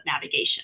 navigation